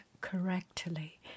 correctly